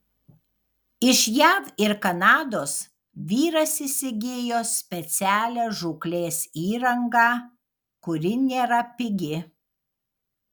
iš jav ir kanados vyras įsigijo specialią žūklės įrangą kuri nėra pigi